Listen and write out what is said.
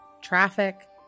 traffic